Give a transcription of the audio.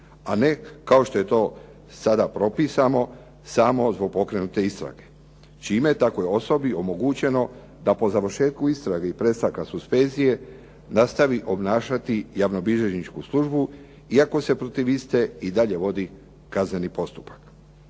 a ne kao što je to sada propisano samo zbog pokrenute istrage čime je takvoj osobi omogućeno da po završetku istrage i prestanka suspenzije nastavi obnašati javnobilježničku službu iako se protiv iste i dalje vodi kazneni postupak.